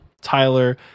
Tyler